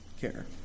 care